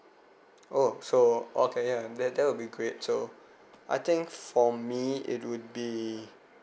oh so okay yeah that that will be great so I think for me it would be